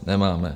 Nemáme.